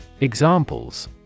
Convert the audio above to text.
Examples